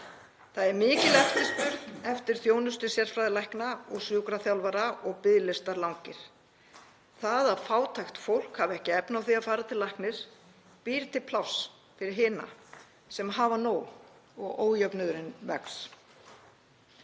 ekki. Mikil eftirspurn er eftir þjónustu sérgreinalækna og sjúkraþjálfara og biðlistar langir. Það að fátækt fólk hafi ekki efni á því að fara til læknis býr til pláss fyrir hina sem hafa nóg og ójöfnuðurinn vex.